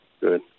good